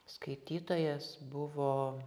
skaitytojas buvo